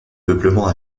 peuplement